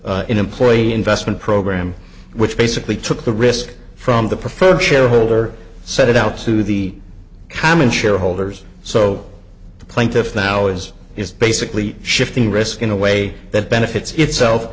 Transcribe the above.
p employee investment program which basically took the risk from the preferred shareholder set it out to the common shareholders so the plaintiff now is is basically shifting risk in a way that benefits itself